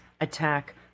attack